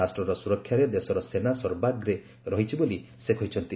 ରାଷ୍ଟ୍ରର ସୁରକ୍ଷାରେ ଦେଶର ସେନା ସର୍ବାଗ୍ରେ ରହିଛି ବୋଲି ସେ କହିଛନ୍ତି